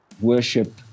worship